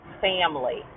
family